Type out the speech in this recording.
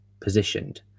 positioned